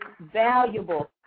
valuable